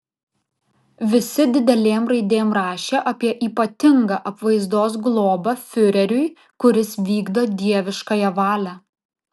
visi didelėm raidėm rašė apie ypatingą apvaizdos globą fiureriui kuris vykdo dieviškąją valią